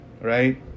right